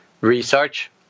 research